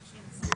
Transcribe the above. בבקשה.